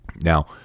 Now